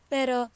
Pero